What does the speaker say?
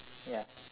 ya